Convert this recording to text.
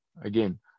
Again